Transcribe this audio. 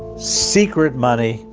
secret money,